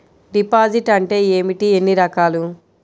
Deposit అంటే ఏమిటీ ఎన్ని రకాలు?